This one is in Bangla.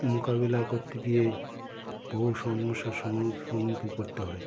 মোকাবিলা করতে গিয়ে বহু সমস্যার সম্মুখীন পড়তে হয়